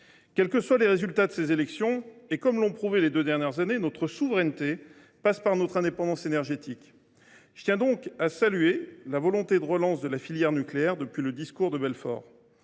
Quels que soient les résultats de ces élections, et comme l’ont prouvé les deux dernières années, notre souveraineté passe par notre indépendance énergétique. Je tiens donc à saluer la volonté de relance de la filière nucléaire manifestée par